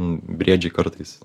briedžiai kartais